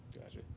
gotcha